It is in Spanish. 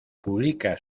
publica